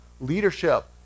leadership